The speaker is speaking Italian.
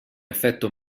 effetto